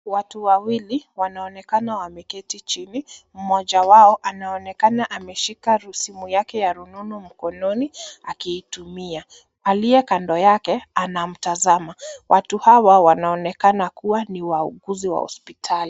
Watu wawili wanaonekana wameketi chini. Mmoja wao anaonekana ameshika simu yake ya rununu mkononi, akiitumia. Aliye kando yake anamtazama. Watu hawa wanaonekana kuwa ni wauguzi wa hospitali.